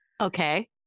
okay